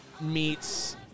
meets